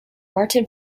martin